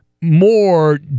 more